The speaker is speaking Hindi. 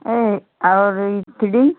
ए और ई थ्रेडिंग